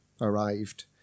arrived